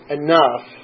enough